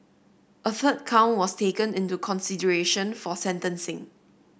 a third count was taken into consideration for sentencing